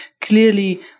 clearly